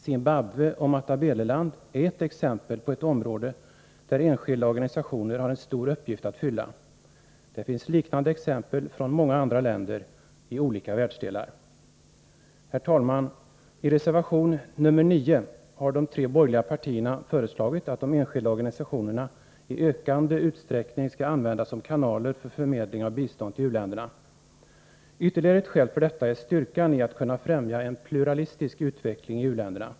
Zimbabwe och Matabeleland är ett exempel på ett område där enskilda organisationer har en stor uppgift att fylla. Det finns liknande exempel i många andra länder i olika världsdelar. Herr talman! I reservation nr 9 har de tre borgerliga partierna föreslagit att de enskilda organisationerna i ökande utsträckning skall användas som kanaler för förmedling av bistånd till u-länderna. Ytterligare ett skäl för detta är styrkan i att kunna främja en pluralistisk utveckling i u-länderna.